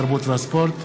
התרבות והספורט,